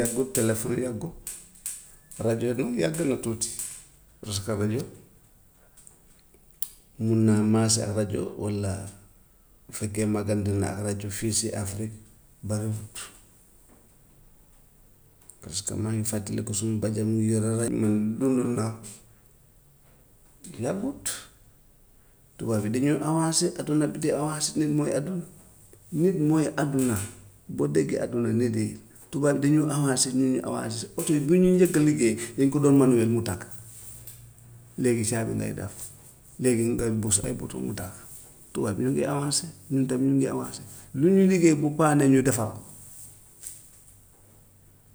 yàggut telefon yàggut, rajo de moom yàgg na tuuti parce que rajo mun naa maase ak rajo walla bu fekkee magante na ak rajo fii si afrique bariwut, parce que maa ngi fàttaliku suma bàjjen mu ngi yore ra- man dundoon naa ko, yàggut. Tubaab yi dañuy avancer àdduna bi day avancer nit mooy àdduna. Nit mooy àdduna, boo déggee àdduna nit yi, tubaab dañu avancer ñun ñu avancer. oto yi bu ñu njëkk a liggéey dañ ko doon manuel mu tàkk, léegi caabi ngay def léegi nga bus ay button mu tàkk, tubaab yi ñu ngi avancer ñun tam ñu ngi avancer, lu ñu liggéey bu paanee ñu defar ko.